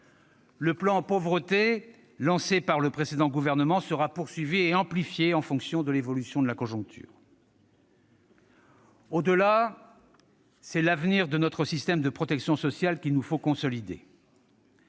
Le plan Pauvreté lancé par le précédent gouvernement sera poursuivi et amplifié en fonction de l'évolution de la conjoncture. « Au-delà, c'est l'avenir de notre système de protection sociale qu'il nous faut consolider.